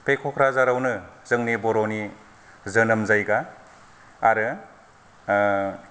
बे क'क्राझारावनो जोंनि बर'नि जोनोम जायगा आरो